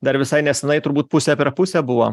dar visai nesenai turbūt pusę per pusę buvo